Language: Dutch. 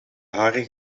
haren